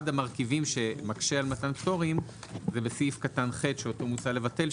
אחד המרכיבים שמקשה על מתן פטורים זה בסעיף קטן (ח) שאותו מוצע לבטל,